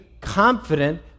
confident